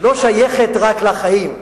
לא שייכת רק לחיים.